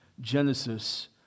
Genesis